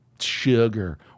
sugar